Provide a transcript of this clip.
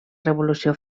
revolució